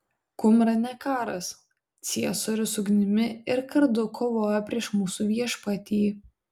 kumrane karas ciesorius ugnimi ir kardu kovoja prieš mūsų viešpatį